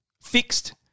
fixed